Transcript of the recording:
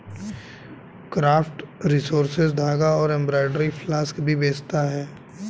craft Resources धागा और embroidery floss भी बेचता है